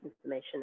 information